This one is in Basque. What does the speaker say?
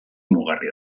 mugarri